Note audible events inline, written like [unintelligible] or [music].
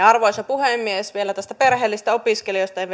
[unintelligible] arvoisa puhemies vielä näistä perheellisistä opiskelijoista en [unintelligible]